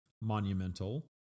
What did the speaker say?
monumental